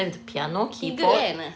keyboard can ah